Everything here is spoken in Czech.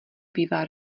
bývá